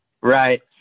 Right